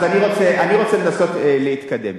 אני רוצה לנסות להתקדם.